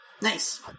nice